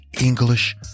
English